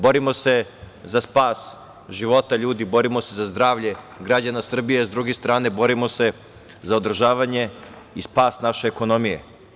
Borimo se za spas života ljudi, borimo se za zdravlje građana Srbije, a sa druge strane borimo se za održavanje i spas naše ekonomije.